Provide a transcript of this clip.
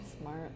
smart